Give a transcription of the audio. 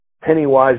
penny-wise